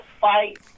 fight